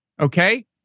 Okay